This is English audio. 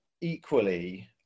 equally